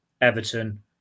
Everton